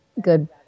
good